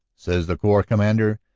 says the corps commander.